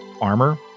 armor